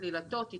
השילוט האלקטרוני